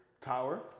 Tower